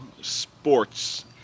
sports